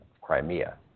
crimea